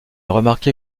remarqué